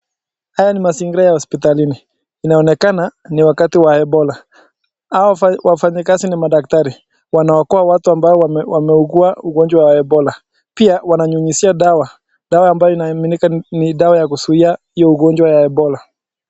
Haya ni mazingira ya hospitalini, inaonekana ni wakati wa Ebola hao wafanyi kazi ni madaktari wanaookoa watu ambao wameugua ugonjwa wa Ebola, pia wananyunyizia dawa, dawa inayoaminika ni dawa ya kuzuia hio ugonjwa ya Ebola.